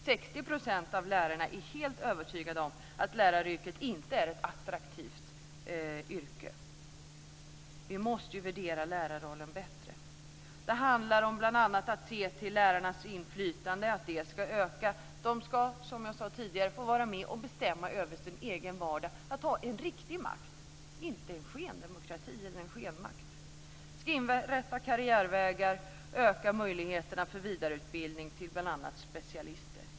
60 % av lärarna är helt övertygade om att läraryrket inte är ett attraktivt yrke. Vi måste värdera lärarrollen bättre. Det handlar bl.a. om att se till att lärarnas inflytande ökar. De ska, som jag sade tidigare, få vara med och bestämma över sin egen vardag, ha riktig makt, inte skenmakt. Det ska inrättas karriärvägar, möjligheterna ska ökas för vidareutbildning till bl.a. specialister.